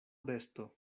besto